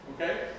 Okay